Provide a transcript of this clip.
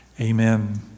amen